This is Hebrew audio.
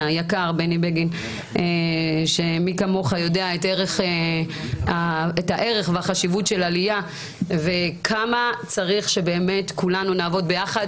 מי כמוך יודע את הערך והחשיבות של עלייה וכמה צריך שכולנו נעבוד יחד,